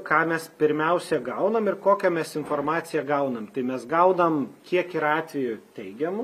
ką mes pirmiausia gaunam ir kokią mes informaciją gaunam tai mes gaunam kiek yra atvejų teigiamų